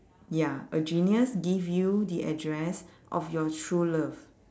ya a genius give you the address of your true love